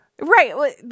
Right